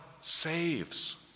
saves